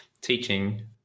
teaching